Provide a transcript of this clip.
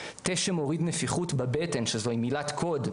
תה שמוריד נפיחות בבטן שזוהי מילת קוד,